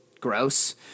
gross